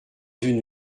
une